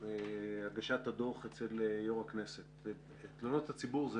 בהגשת הדוח אצל יו"ר הכנסת אמרתי שתלונות הציבור זה